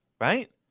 right